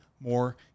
more